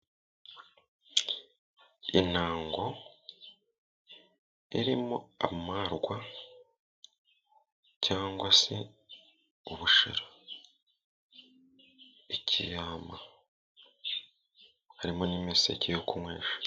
Intango irimo amarwa cyangwa se ubushera, ikiyama, harimo n'imiseke yo kunywesha.